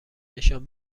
نشان